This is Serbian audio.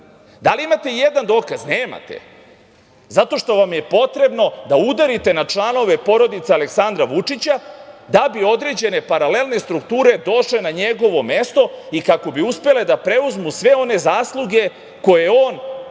Da li imate i jedan dokaz? Nemate. Zato što vam je potrebno da udarite na članove porodice Aleksandra Vučića, da bi određene paralelne strukture došle na njegovo mesto i kako bi uspele da preuzmu sve one zasluge koje je